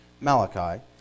Malachi